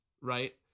right